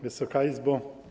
Wysoka Izbo!